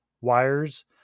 wires